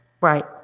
right